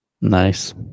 Nice